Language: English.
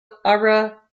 opera